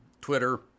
Twitter